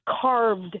carved